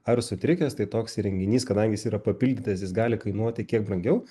ar sutrikęs tai toks įrenginys kadangi jis yra papildytas jis gali kainuoti kiek brangiau